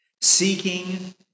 Seeking